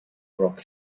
rock